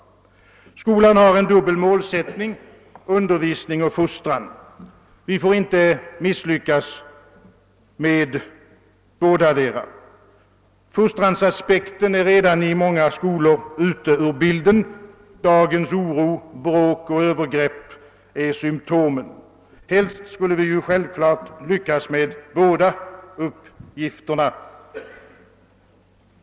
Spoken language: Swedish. Skolan har en dubbel målsättning, undervisning och fostran. Vi får inte misslyckas med bådadera. Fostransaspekten är redan i många skolor ute ur bilden; dagens olika bråk och övergrepp är symptomen. Helst skulle vi naturligtvis lyckas med båda uppgifterna.